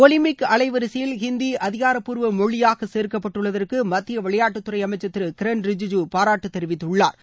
Olympic அலைவரிசையில் ஹிந்தி அதிகாரப்பூர்வ மொழியாக சேர்க்கப்பட்டுள்ளதற்கு மத்திய விளையாட்டுத்துறை அமைச்சர் திரு கிரண் ரிஜ்ஜிஜு பாராட்டு தெரிவித்துள்ளாா்